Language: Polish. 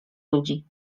ludzi